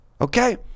Okay